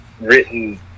written